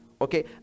okay